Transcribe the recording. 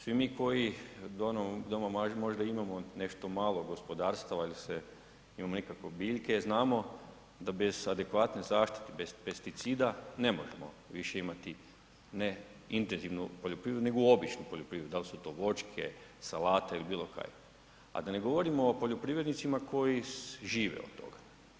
Svi mi koji doma možda imamo nešto malo gospodarstava ili se imamo nekakve biljke, znamo da bez adekvatne zaštite, bez pesticida ne možemo više imati ne intenzivnu poljoprivredu, nego običnu poljoprivredu, dal su to voćke, salata ili bilo kaj, a da ne govorimo o poljoprivrednicima koji žive od toga.